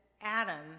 Adam